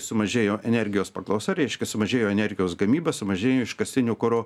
sumažėjo energijos paklausa reiškia sumažėjo energijos gamyba sumažėjo iškastinio kuro